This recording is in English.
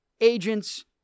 agents